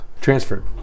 Transferred